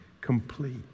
complete